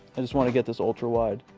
i just want to get this ultra wide